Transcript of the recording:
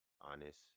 honest